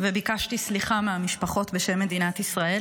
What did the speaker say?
וביקשתי סליחה מהמשפחות בשם מדינת ישראל,